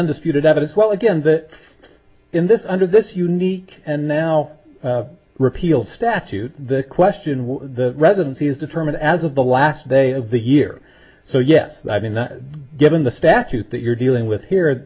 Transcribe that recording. undisputed evidence well again that in this under this unique and now repealed statute the question was the residency is determined as of the last day of the year so yes i mean given the statute that you're dealing with here